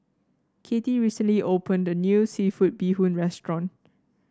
Kathie recently opened a new seafood Bee Hoon restaurant